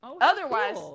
otherwise